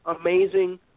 amazing